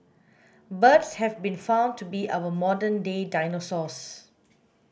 birds have been found to be our modern day dinosaurs